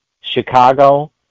Chicago